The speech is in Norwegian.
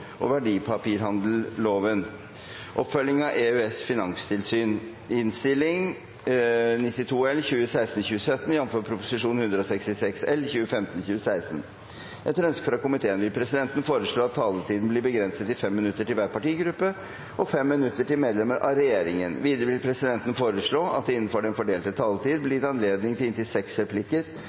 og lyser fred over hans minne. Representanten Jan Arild Ellingsen , som har vært permittert, har igjen tatt sete. Ingen har bedt om ordet. Etter ønske fra finanskomiteen vil presidenten foreslå at taletiden blir begrenset til 5 minutter til hver partigruppe og 5 minutter til medlemmer av regjeringen. Videre vil presidenten foreslå at det – innenfor den fordelte taletid – blir gitt anledning til inntil seks replikker